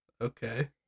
okay